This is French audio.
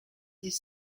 dix